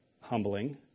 humbling